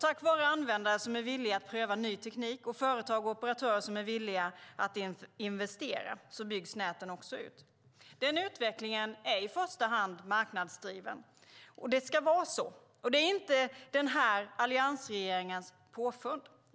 Tack vare användare som är villiga att pröva ny teknik och företag och operatörer som är villiga att investera byggs näten ut. Den utvecklingen är i första hand marknadsdrivande. Så ska det vara, och det är inte alliansregeringens påfund.